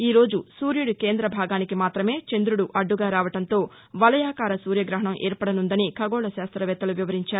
ఈరోజు సూర్యుడి కేంద్ర భాగానికి మాత్రమే చంద్రుడు అద్దుగా రావడంతో వలయాకార సూర్యగ్రహణం ఏర్పడనున్నదని ఖగోళ శాస్త్రవేత్తలు వివరించారు